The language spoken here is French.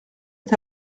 est